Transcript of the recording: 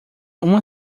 uma